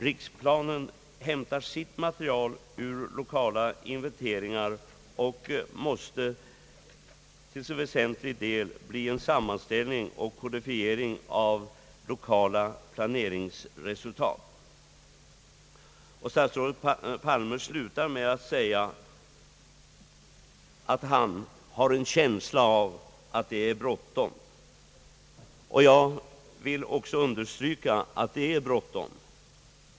Riksplanen hämtar sitt material ur lokala inventeringar och måste till väsentlig del bli en sammanställning och kodifiering av lokala planeringsresultat.» Statsrådet Palme slutar med att säga, att han »har en känsla av att det är bråttom», Jag vill understryka att det är bråttom.